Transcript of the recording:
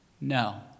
No